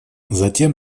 затем